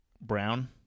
Brown